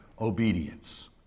obedience